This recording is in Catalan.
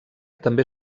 també